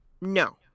No